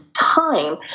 Time